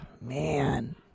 man